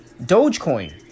Dogecoin